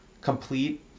Complete